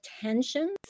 tensions